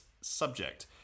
subject